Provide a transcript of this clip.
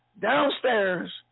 Downstairs